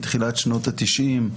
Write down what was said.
מתחילת שנות ה-90',